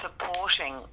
supporting